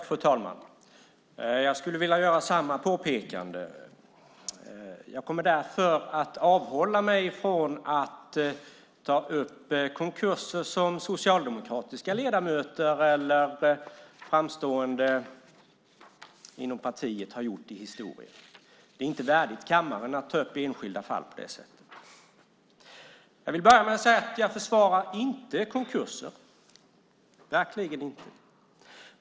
Fru talman! Jag skulle vilja göra samma påpekande som det som nu gjordes. Därför kommer jag att avhålla mig från att nämna om konkurser som socialdemokratiska ledamöter eller framstående partipersoner historiskt har gjort. Det är inte värdigt kammaren att på det sättet ta upp enskilda fall. Jag försvarar inte konkurser; det gör jag verkligen inte.